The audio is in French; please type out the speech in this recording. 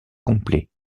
complet